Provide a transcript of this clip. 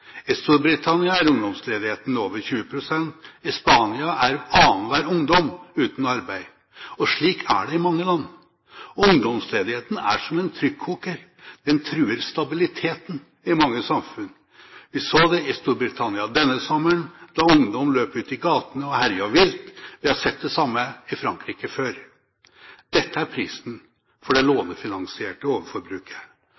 I Storbritannia er ungdomsledigheten nå på over 20 pst. I Spania er annenhver ungdom uten arbeid. Slik er det i mange land. Ungdomsledigheten er som en trykkoker. Den truer stabiliteten i mange samfunn. Vi så det i Storbritannia denne sommeren da ungdom løp ut i gatene og herjet vilt. Vi har sett det samme i Frankrike før. Dette er prisen for det